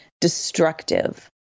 destructive